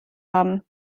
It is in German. haben